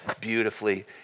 beautifully